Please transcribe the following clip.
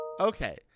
Okay